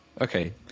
Okay